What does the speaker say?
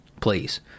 Please